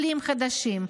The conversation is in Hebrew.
עולים חדשים,